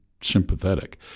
sympathetic